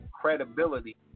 credibility